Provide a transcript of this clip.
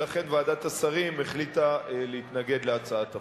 ולכן ועדת השרים החליטה להתנגד להצעת החוק.